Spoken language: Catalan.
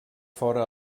fora